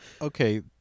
Okay